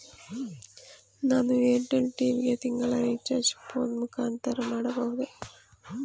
ನಾನು Airtel TV ಗೆ ತಿಂಗಳ ರಿಚಾರ್ಜ್ ಫೋನ್ ಮುಖಾಂತರ ಮಾಡಬಹುದೇ?